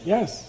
Yes